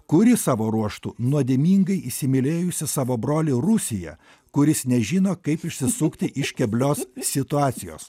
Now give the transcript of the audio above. kuri savo ruožtu nuodėmingai įsimylėjusi savo brolį rusiją kuris nežino kaip išsisukti iš keblios situacijos